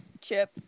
chip